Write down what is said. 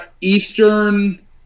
Eastern